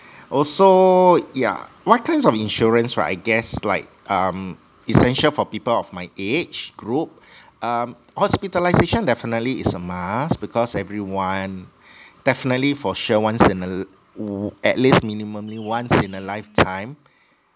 also yeah what kinds of insurance right I guess like um essential for people of my age group um hospitalisation definitely is a must because everyone definitely for sure once in a o~ at least minimumly once in a lifetime